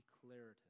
declarative